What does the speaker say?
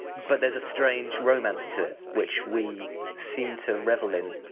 but there's a strange romance to it which we seem to revel in,